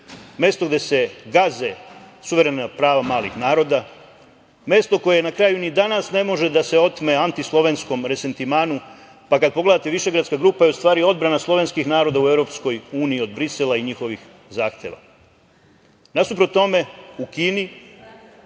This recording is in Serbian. mesto gde se gaze suverena prava malih naroda, mesto koje na kraju ni danas ne može da otme antislovenskom resentimanu, pa kada pogledate Višegradska grupa je u stvari odbrana slovenskih naroda u EU od Brisela i njihovih zahteva. Nasuprot tome, u Kini,